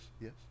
yes